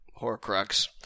Horcrux